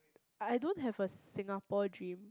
I don't have a Singapore dream